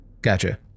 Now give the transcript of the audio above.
Gotcha